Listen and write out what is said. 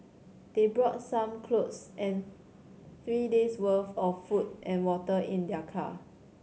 they brought some clothes and three days' worth of food and water in their car